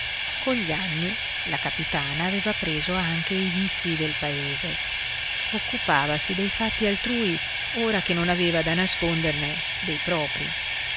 forchetta cogli anni la capitana aveva preso anche i vizii del paese occupavasi dei fatti altrui ora che non aveva da nasconderne dei propri